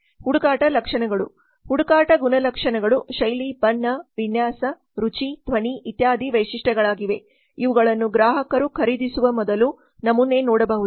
ಹುಡುಕಾಟ ಗುಣಲಕ್ಷಣಗಳು ಹುಡುಕಾಟ ಗುಣಲಕ್ಷಣಗಳು ಶೈಲಿ ಬಣ್ಣ ವಿನ್ಯಾಸ ರುಚಿ ಧ್ವನಿ ಇತ್ಯಾದಿ ವೈಶಿಷ್ಟ್ಯಗಳಾಗಿವೆ ಇವುಗಳನ್ನು ಗ್ರಾಹಕರು ಖರೀದಿಸುವ ಮೊದಲು ನಮೂನೆ ನೋಡಬಹುದು